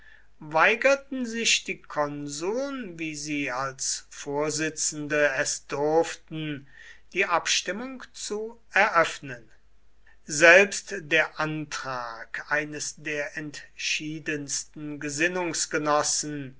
weigerten sich die konsuln wie sie als vorsitzende es durften die abstimmung zu eröffnen selbst der antrag eines der entschiedensten